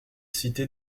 cité